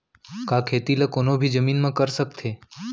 का खेती ला कोनो भी जमीन म कर सकथे?